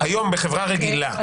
היום בחברה רגילה --- לא,